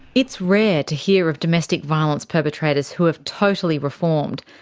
it's rare to hear of domestic violence perpetrators who have totally reformed.